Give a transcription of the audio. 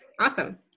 Awesome